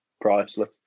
priceless